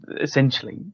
essentially